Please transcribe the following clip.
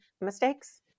mistakes